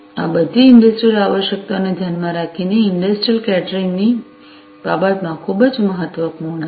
આ બધી ઇંડસ્ટ્રિયલ આવશ્યકતાઓને ધ્યાનમાં રાખીને ઇંડસ્ટ્રિયલ કેટરિંગની બાબતમાં ખૂબ જ મહત્વપૂર્ણ છે